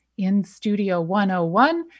instudio101